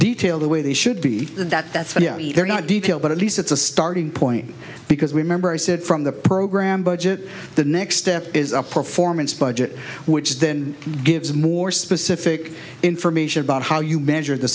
detail the way they should be that that's what they're not detailed but at least it's a starting point because we remember i said from the program budget the next step is a performance budget which then gives more specific information about how you measure the